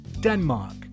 denmark